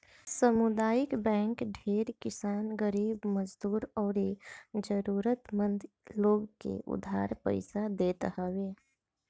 सामुदायिक बैंक ढेर किसान, गरीब मजदूर अउरी जरुरत मंद लोग के उधार पईसा देत हवे